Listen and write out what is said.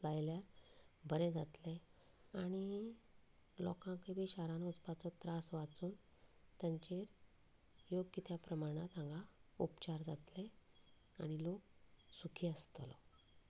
लायल्यार बरें जातलें आनी लोकांकूय बी शारांत वचपाचो त्रास वाचून तांचेर योग्य त्या प्रमाणांत हांगा उपचार जातले आनी लोक सुखी आसतलो